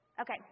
Okay